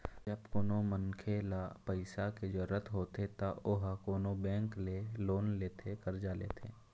जब कोनो मनखे ल पइसा के जरुरत होथे त ओहा कोनो बेंक ले लोन लेथे करजा लेथे